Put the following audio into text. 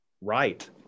Right